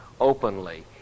openly